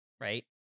Right